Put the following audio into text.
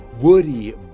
woody